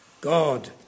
God